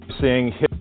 Seeing